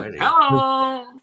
Hello